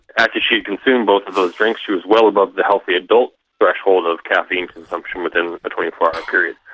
after she had consumed both of those drinks she was well above the healthy adult threshold of caffeine consumption within a twenty four hour period.